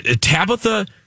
tabitha